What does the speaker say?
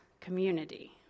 community